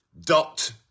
Dot